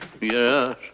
Yes